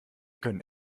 können